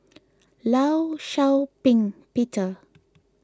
Law Shau Ping Peter